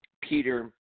Peter